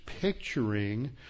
picturing